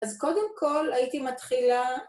‫אז קודם כול הייתי מתחילה...